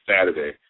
Saturday